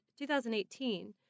2018